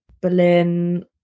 Berlin